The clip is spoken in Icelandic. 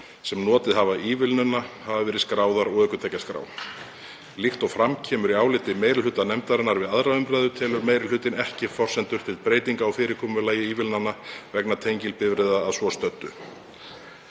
sem notið hafa ívilnana, hafa verið skráðar á ökutækjaskrá. Líkt og fram kemur í áliti meiri hluta nefndarinnar við 2. umræðu telur meiri hlutinn ekki forsendur til breytinga á fyrirkomulagi ívilnana vegna tengiltvinnbifreiða að svo stöddu